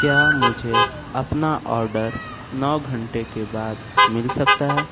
क्या मुझे अपना ऑर्डर नौ घन्टे के बाद मिल सकता है